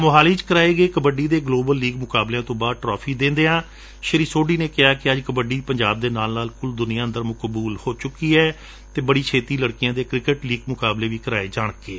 ਮੋਹਾਲੀ ਵਿਚ ਕਰਵਾਏ ਗਏ ਕਬੱਡੀ ਦੇ ਗੋਲਬਲ ਲੀਗ ਮੁਕਾਬਲਿਆਂ ਤੋਂ ਬਾਅਦ ਟਰਾਫੀ ਦਿੰਦਿਆਂ ਸ੍ਸੀ ਸੋਢੀ ਨੇ ਕਿਹਾ ਅੱਜ ਕਬੱਡੀ ਪੰਜਾਬ ਦੇ ਨਾਲ ਨਾਲ ਕੁਲ ਦੁਨੀਆਂ ਅੰਦਰ ਮਕਬੁਲ ਹੋ ਚੁੱਕੀ ਏ ਅਤੇ ਬੜੀ ਛੇਤੀ ਲੜਕੀਆਂ ਦੇ ਕ੍ਕਿਕਟ ਲੀਗ ਮੁਕਾਬਲੇ ਵੀ ਕਰਵਾਏ ਜਾਣਗੇ